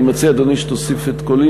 אני מציע שתוסיף את קולי,